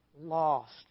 lost